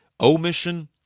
omission